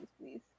please